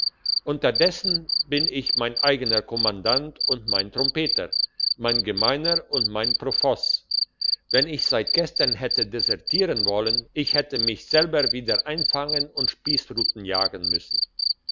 unterdessen bin ich mein eigener kommandant und mein trompeter mein gemeiner und mein profoss wenn ich seit gestern hätte desertieren wollen ich hätte mich selber wieder einfangen und spiessruten jagen müssen